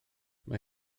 mae